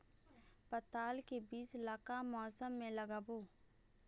पताल के बीज ला का मौसम मे लगाबो?